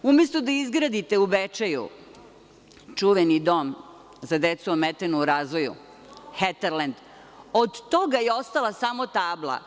Umesto da izgradite u Bečeju čuveni dom za decu ometenu u razvoju Heterlend, od toga je ostala samo tabla.